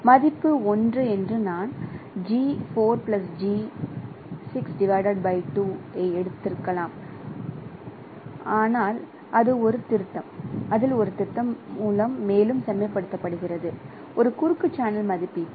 மதிப்பு 1 என்று நான் ஐ எடுத்திக்கலாம் ஆனால் அது ஒரு திருத்தம் மூலம் மேலும் செம்மைப்படுத்தப்படுகிறது ஒரு குறுக்கு சேனல் மதிப்பீட்டால்